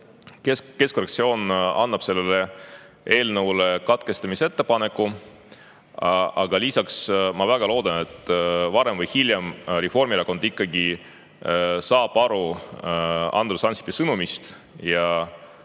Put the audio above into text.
Keskfraktsioon teeb selle eelnõu menetluse katkestamise ettepaneku. Lisaks ma väga loodan, et varem või hiljem Reformierakond ikkagi saab aru Andrus Ansipi sõnumist ja